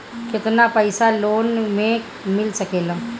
केतना पाइसा लोन में मिल सकेला?